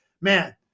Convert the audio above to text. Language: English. man